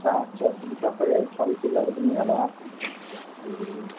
सागसब्जी सबै है फलफुलहरू पनि होला ए